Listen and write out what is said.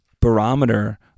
barometer